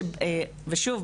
ושוב,